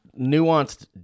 nuanced